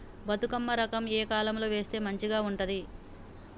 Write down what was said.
బతుకమ్మ రకం ఏ కాలం లో వేస్తే మంచిగా ఉంటది?